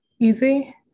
easy